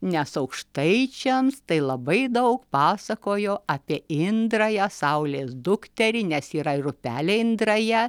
nes aukštaičiams tai labai daug pasakojo apie indrają saulės dukterį nes yra ir upelė indraja